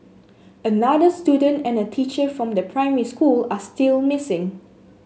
another student and a teacher from the primary school are still missing